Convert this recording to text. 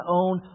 own